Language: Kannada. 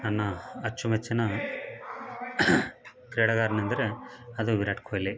ನನ್ನ ಅಚ್ಚು ಮೆಚ್ಚಿನ ಕ್ರೀಡಾಗಾರನೆಂದರೆ ಅದು ವಿರಾಟ್ ಕೊಹ್ಲಿ